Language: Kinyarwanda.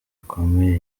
bikomeye